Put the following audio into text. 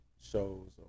shows